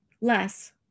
Less